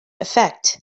effect